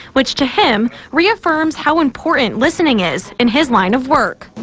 which to him, reaffirms how important listening is in his line of work.